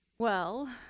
well,